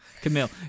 Camille